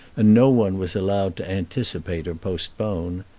and no one was allowed to anticipate or postpone.